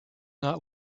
not